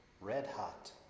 red-hot